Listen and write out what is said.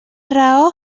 raó